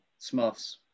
Smuffs